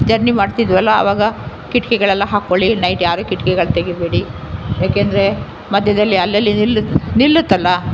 journey ಮಾಡ್ತಿದ್ವಲ್ಲ ಅವಾಗ ಕಿಟಕಿಗಳೆಲ್ಲ ಹಾಕೊಳ್ಳಿ ನೈಟ್ ಯಾರು ಕಿಟ್ಕಿಗಳು ತೆಗಿಬೇಡಿ ಏಕೆಂದ್ರೆ ಮಧ್ಯದಲ್ಲಿ ಅಲ್ಲಲ್ಲಿ ನಿಲ್ಲುತ್ತಲ್ಲ